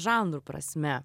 žanrų prasme